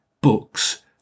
books